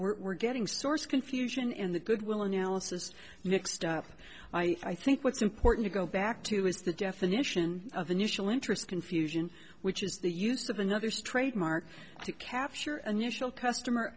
we're getting source confusion and the goodwill analysis mixed up i think what's important to go back to is the definition of initial interest confusion which is the use of another's trademark to capture an initial customer